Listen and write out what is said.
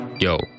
Yo